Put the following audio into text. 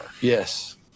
yes